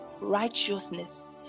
Righteousness